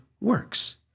works